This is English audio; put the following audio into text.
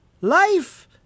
Life